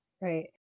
Right